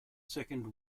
second